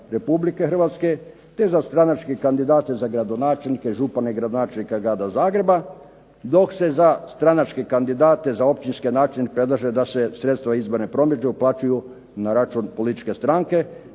Hrvatske te za stranačke kandidate za gradonačelnike, župane, gradonačelnika Grada Zagreba dok se za stranačke kandidate za općinske načelnike predlaže da se sredstva izborne promidžbe uplaćuju na račun političke stranke